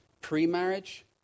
pre-marriage